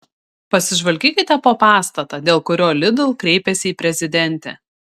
pasižvalgykite po pastatą dėl kurio lidl kreipėsi į prezidentę